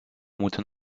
moeten